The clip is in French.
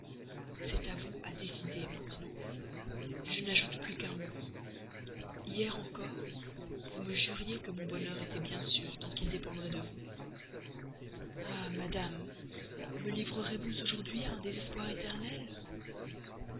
c'est à vous à décider maintenant je n'ajoute plus qu'un mot hier encore vous me juriez que mon bonheur était bien sûr tant qu'il dépendrait de vous ah madame me livrerez-vous aujourd'hui à un désespoir éternel